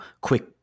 quick